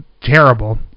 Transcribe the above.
terrible